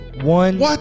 one